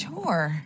Sure